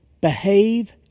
behave